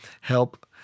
help